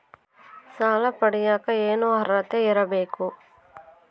ಸಾಲ ಪಡಿಯಕ ಏನು ಅರ್ಹತೆ ಇರಬೇಕು?